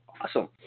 Awesome